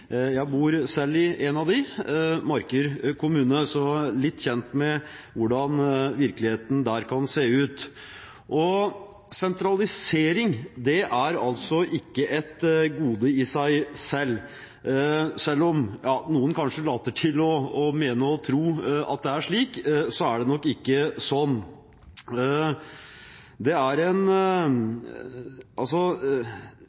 Jeg bor selv i en av dem, Marker kommune, så jeg er litt kjent med hvordan virkeligheten der kan se ut. Sentralisering er ikke et gode i seg selv. Selv om noen later til å mene og tro at det er slik, er det nok ikke det. Sentralisering er en utfordring dersom vi fremdeles mener at det er